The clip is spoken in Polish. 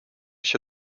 się